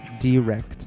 Direct